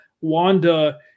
Wanda